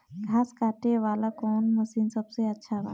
घास काटे वाला कौन मशीन सबसे अच्छा बा?